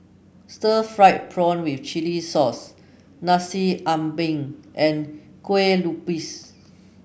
Stir Fried Prawn with Chili Sauce Nasi Ambeng and Kuih Lopes